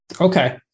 Okay